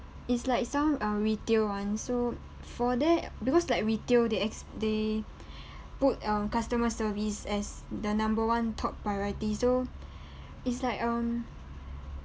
it's like some um retail one so for there because like retail they ex~ they put um customer service as the number one top priority so it's like um